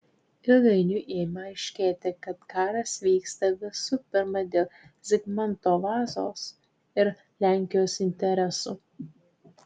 ilgainiui ėmė aiškėti kad karas vyksta visų pirma dėl zigmanto vazos ir lenkijos interesų